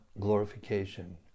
glorification